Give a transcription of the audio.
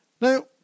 Now